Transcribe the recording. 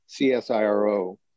CSIRO